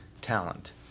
talent